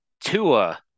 Tua